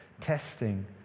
Testing